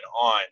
on